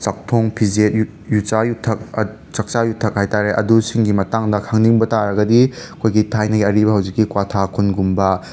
ꯆꯥꯛꯊꯣꯡ ꯐꯤꯖꯦꯠ ꯌꯨ ꯌꯨꯆꯥ ꯌꯨꯊꯛ ꯑꯠ ꯆꯥꯛꯆꯥ ꯌꯨꯊꯛ ꯍꯥꯢ ꯇꯥꯔꯦ ꯑꯗꯨꯁꯤꯡꯒꯤ ꯃꯇꯥꯡꯗ ꯈꯪꯅꯤꯡꯕ ꯇꯥꯔꯒꯗꯤ ꯑꯩꯈꯣꯏꯒꯤ ꯊꯥꯏꯅꯒꯤ ꯑꯔꯤꯕ ꯍꯧꯖꯤꯛꯀꯤ ꯀ꯭ꯋꯥꯊꯥ ꯈꯨꯨꯟ ꯒꯨꯝꯕ